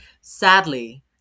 Sadly